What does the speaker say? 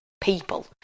People